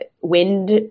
wind